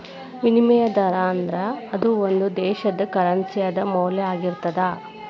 ವಿನಿಮಯ ದರಾ ಅಂದ್ರ ಅದು ಒಂದು ದೇಶದ್ದ ಕರೆನ್ಸಿ ದ ಮೌಲ್ಯ ಆಗಿರ್ತದ